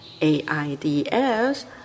AIDs